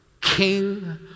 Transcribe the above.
King